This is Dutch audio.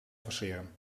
forceren